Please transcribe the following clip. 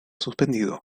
suspendido